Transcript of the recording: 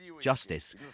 justice